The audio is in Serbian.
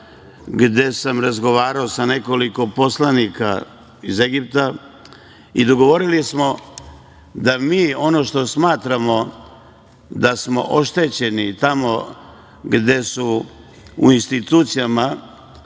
gde sam razgovarao sa nekoliko poslanika iz Egipta i dogovorili smo da mi ono što smatramo da smo oštećeni tamo gde su u institucijama